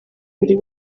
buri